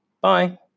Bye